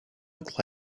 look